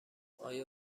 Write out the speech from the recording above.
آیا